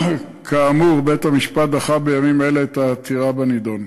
כאמור, בית-המשפט דחה בימים אלה את העתירה בנדון.